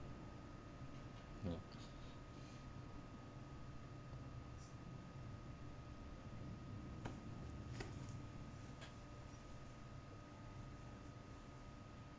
ya